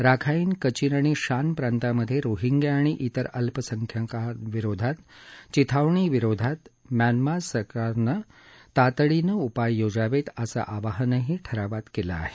Rakhine Kachin आणि Shan प्रांतांमध्ये Rohingya आणि तिर अल्पसंख्यांकांविरोधात चिथावणीविरोधात म्यानमा सरकारनं तातडीनं उपाय योजावेत असं आवाहनही ठरावात केलं आहे